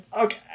Okay